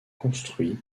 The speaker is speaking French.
construits